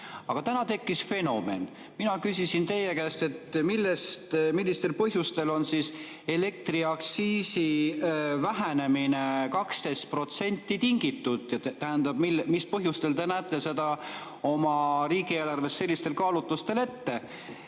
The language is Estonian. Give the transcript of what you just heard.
Aga täna tekkis fenomen. Mina küsisin teie käest, millest on elektriaktsiisi [laekumise] vähenemine 12% tingitud, tähendab, mis põhjustel te näete seda oma riigieelarves sellistel kaalutlustel ette.